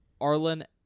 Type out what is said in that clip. Arlen